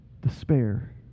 despair